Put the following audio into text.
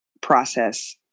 process